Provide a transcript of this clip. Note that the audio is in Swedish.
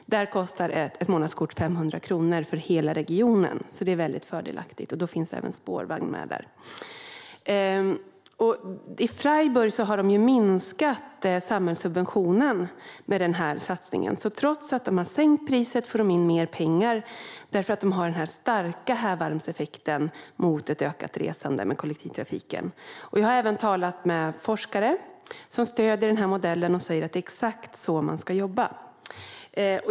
I Freiburg kostar ett månadskort 500 kronor för resor i hela regionen, så det är väldigt fördelaktigt, och då ingår även spårvagn. I Freiburg har samhällssubventionen minskat med den här satsningen. Trots att de har sänkt priset får de in mer pengar genom den starka hävarmseffekten för ett ökat resande med kollektivtrafiken. Jag har även talat med forskare som stöder den här modellen och säger att det är exakt så man ska jobba.